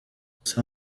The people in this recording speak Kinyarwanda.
gusa